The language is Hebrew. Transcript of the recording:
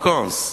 vacances.